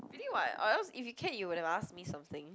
really [what] or else if you can you would have asked me something